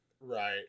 Right